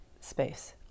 space